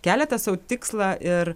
keliate sau tikslą ir